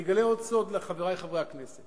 אני אגלה עוד סוד לחברי, חברי הכנסת: